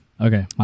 Okay